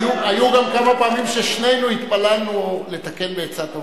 היו גם כמה פעמים ששנינו התפללנו לתקן בעצה טובה.